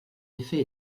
effet